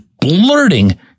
blurting